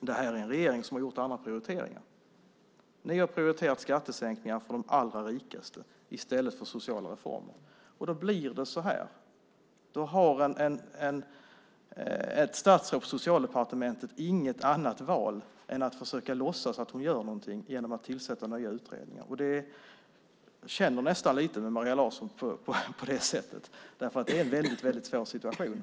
Det här är en regering som har gjort andra prioriteringar. Ni har prioriterat skattesänkningar för de allra rikaste i stället för sociala reformer. Då blir det så här. Då har ett statsråd på Socialdepartementet inget annat val än att försöka låtsas att hon gör någonting genom att tillsätta nya utredningar. Jag känner nästan lite med Maria Larsson på det sättet, därför att det är en väldigt svår situation.